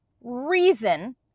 reason